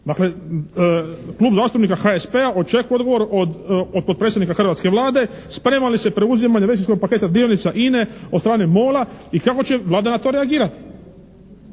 Dakle, Klub zastupnika HSP-a očekuje odgovor od potpredsjednika hrvatske Vlade spremna li se preuzimanje većinskog paketa dionica INA-e od strane MOL-a i kako će Vlada na to reagirati.